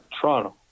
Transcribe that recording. Toronto